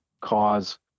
cause